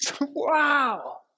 Wow